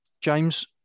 James